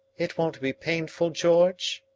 it won't be painful, george?